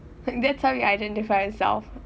that's how you identify yourself